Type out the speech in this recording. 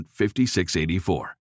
5684